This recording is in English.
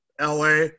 LA